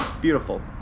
Beautiful